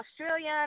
Australian